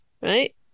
right